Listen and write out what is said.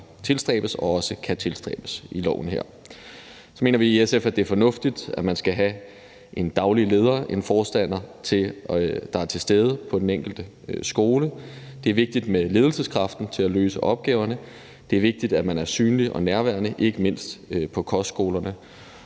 tilstræbes og også kan tilstræbes i lovforslaget her. Så mener vi i SF, at det er fornuftigt, at man skal have en daglig leder, en forstander, der er til stede på den enkelte skole. Det er vigtigt med ledelseskraften til at løse opgaverne, og det er vigtigt, at man er synlig og nærværende, ikke mindst på kostskolerne.